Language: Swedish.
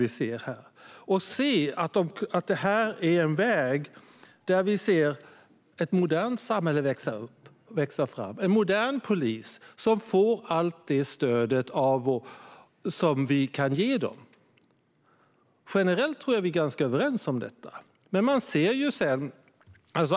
Vi ser nu ett modernt samhälle växa fram med en modern polis, som får allt det stöd vi kan ge dem. Generellt sett är vi överens om detta.